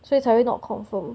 所以才会 not confirm